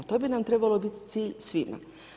To bi nam trebalo biti cilj svima.